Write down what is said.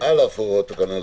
לאגף הסינון הזה.